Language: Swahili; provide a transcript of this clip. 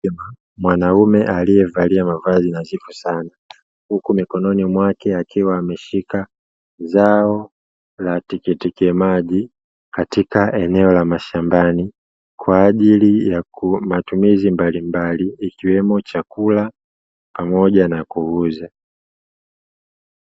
Mwanaume aliyevalia mavazi nadhifu sana, huku mikononi mwake akiwa ameshika zao la tikiti maji, katika eneo la mashambani kwa ajili ya matumizi mbalimbali, ikiwemo chakula pamoja na kuuza.